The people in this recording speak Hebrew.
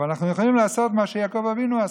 אבל אנחנו יכולים לעשות מה שיעקב אבינו עשה,